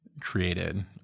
created